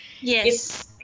yes